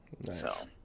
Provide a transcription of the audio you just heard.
Nice